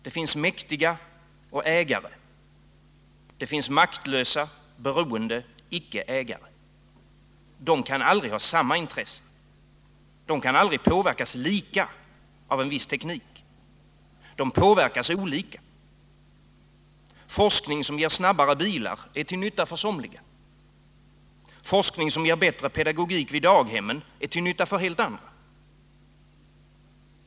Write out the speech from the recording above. Det finns mäktiga och ägare, och det finns maktlösa, beroende, icke ägare. De kan aldrig ha samma intressen. De kan aldrig påverkas lika av en viss teknik. De påverkas olika. Forskning som ger snabbare bilar är till nytta för somliga. Forskning som ger bättre pedagogik vid daghemmen är till nytta för helt andra.